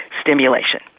stimulation